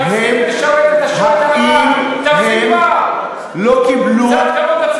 תפסיק לשרת את, האם הם לא קיבלו, תפסיק כבר.